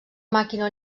màquina